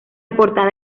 portada